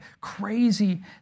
crazy